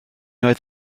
oedd